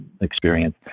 experience